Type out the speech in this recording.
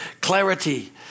clarity